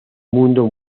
mundo